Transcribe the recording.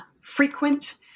frequent